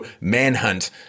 manhunt